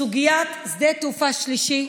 סוגיית שדה תעופה שלישי,